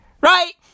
Right